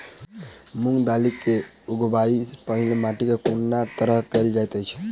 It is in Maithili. मूंग दालि केँ उगबाई सँ पहिने माटि केँ कोना तैयार कैल जाइत अछि?